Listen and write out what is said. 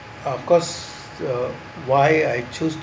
ah of course uh why I choose